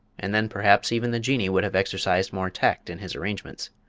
and then perhaps even the jinnee would have exercised more tact in his arrangements.